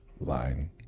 line